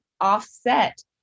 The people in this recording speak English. offset